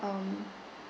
um